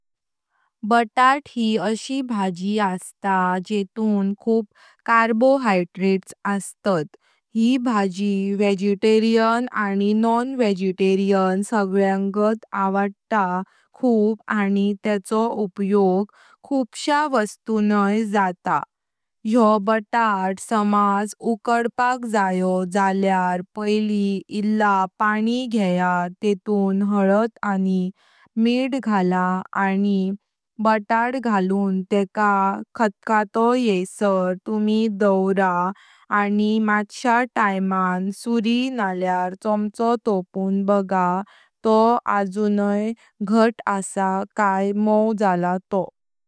बटाट यी अशी भाजी असता जेतून खूप कार्बोहायड्रेट्स अस्तात। यी भाजी वेजिटेरियन आणि नॉन वेजिटेरियन सगळ्यांगात आवडता खूप आणि तेचो उपयोग खूप श्या वस्तुनी जाता। योह बटाट समाज उकडपाक जायो झाल्यार पैली इल्ला पाणी घेया तेतून हळद आणि मीठ घाला आणि बटाट घालून तेका खटखटो येयसार तुमी दोवरा आणि माश्या टाइमेआं सुरी नाल्या चमचो टोपुन बगा तो अजून घट असा काये मव झालो तोह।